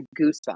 goosebumps